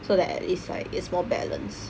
so that at least like it is more balance